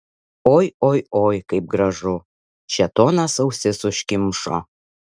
oi oi oi kaip gražu šėtonas ausis užkimšo